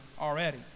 already